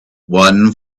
one